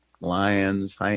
lions